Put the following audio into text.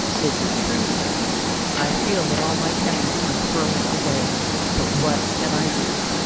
this is true, sir i feel that all my talents are thrown away but what can i do?